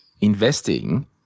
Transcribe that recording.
investing